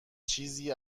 چیزی